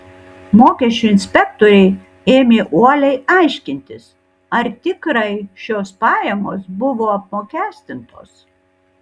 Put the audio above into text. mokesčių inspektoriai ėmė uoliai aiškintis ar tikrai šios pajamos buvo apmokestintos